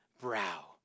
brow